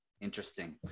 Interesting